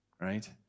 right